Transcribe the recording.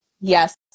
Yes